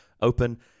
open